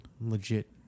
legit